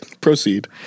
Proceed